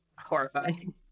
horrifying